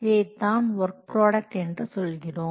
இதைத்தான் work product என்று சொல்கிறோம்